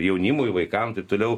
jaunimui vaikam taip toliau